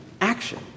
action